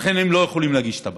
ולכן הם לא יכולים להגיש את הבקשה.